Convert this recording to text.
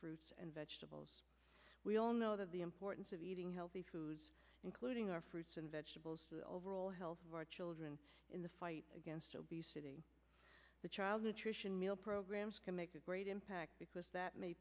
fruits and vegetables we all know the importance of eating healthy foods including our fruits and vegetables overall health of our children in the fight against obesity the child nutrition meal programs can make a great impact because that may